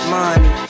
money